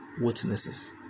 witnesses